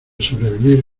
sobrevivir